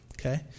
okay